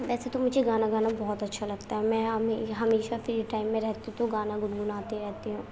ایسے تو مجھے گانا گانا بہت اچھا لگتا ہے میں ہمیشہ فری ٹائم میں رہتی ہوں تو گانا گنگناتی رہتی ہوں